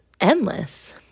endless